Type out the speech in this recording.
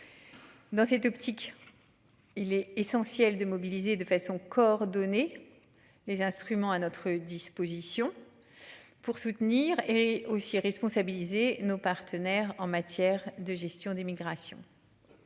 Dans cette optique. Il est essentiel de mobiliser de façon coordonnée. Les instruments à notre disposition. Pour soutenir et aussi responsabilisés nos partenaires en matière de gestion des migrations.